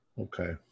Okay